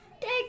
Take